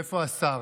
איפה השר?